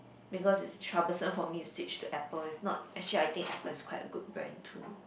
because it's troublesome for me to switch to Apple if not actually I think Apple is quite a good brand too